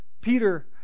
Peter